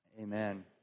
Amen